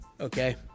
Okay